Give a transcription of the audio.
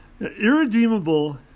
Irredeemable